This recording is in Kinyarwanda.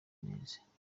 neza